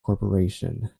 corporation